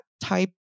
type